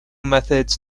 methods